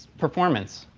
performance,